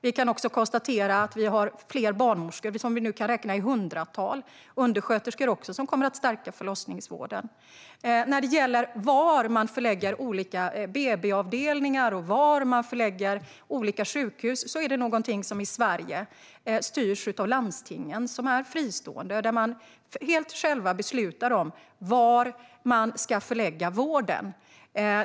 Vi kan också konstatera att vi har fler barnmorskor, som vi nu kan räkna i hundratal, och undersköterskor som kommer att stärka förlossningsvården. När det gäller vart man förlägger olika BB-avdelningar och sjukhus är det någonting som i Sverige styrs av landstingen, som är fristående och helt själva beslutar om vart man ska förlägga vården.